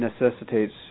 necessitates